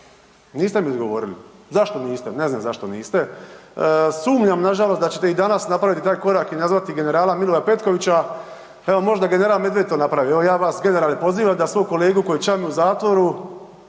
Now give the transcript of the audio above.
niste mi odgovorili. Zašto niste? Ne znam zašto niste? Sumnjam nažalost da ćete i danas napraviti taj korak i nazvati generala … Petkovića, pa evo možda general Medved to napravi. Evo ja vas generale pozivam da svog kolegu koji čami u zatvoru